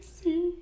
see